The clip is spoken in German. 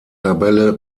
tabelle